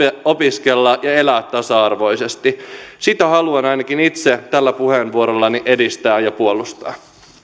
opiskella ja elää tasa arvoisesti sitä haluan ainakin itse tällä puheenvuorollani edistää ja puolustaa